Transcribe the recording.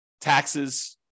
taxes